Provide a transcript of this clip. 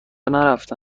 نرفته